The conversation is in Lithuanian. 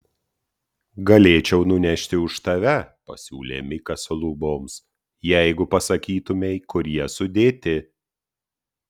galėčiau nunešti už tave pasiūlė mikas luboms jeigu pasakytumei kur jie sudėti